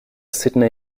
sydney